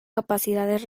capacidades